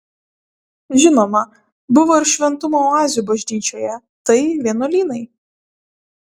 žinoma buvo ir šventumo oazių bažnyčioje tai vienuolynai